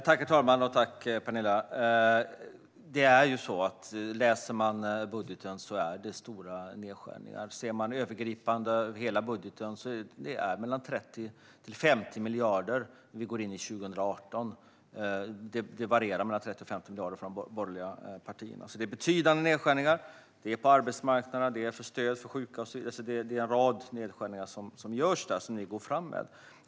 Herr talman! Läser man de borgerliga partiernas budgetförslag ser man att det är stora nedskärningar. Det varierar mellan 30 miljarder och 50 miljarder när vi går in i 2018. Det är betydande nedskärningar på arbetsmarknaden, i stödet till sjuka och så vidare. Ni går fram med en rad nedskärningar.